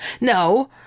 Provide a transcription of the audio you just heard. No